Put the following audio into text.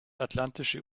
atlantische